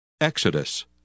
Exodus